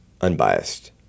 unbiased